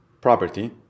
property